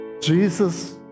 Jesus